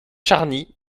charny